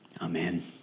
Amen